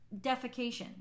defecation